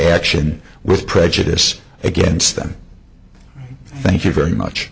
action with prejudice against them thank you very much